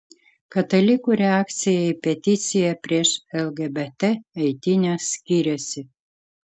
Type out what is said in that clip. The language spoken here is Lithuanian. katalikų reakcija į peticiją prieš lgbt eitynes skiriasi